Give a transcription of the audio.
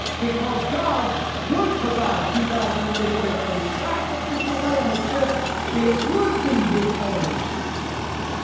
because god would provide two thousand years later a sacrificial lamb, except it would be his own son.